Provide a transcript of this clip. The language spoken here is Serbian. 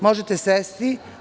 Možete sesti.